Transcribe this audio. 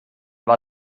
war